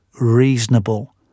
reasonable